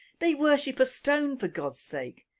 they worship a stone for god's sake,